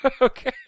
Okay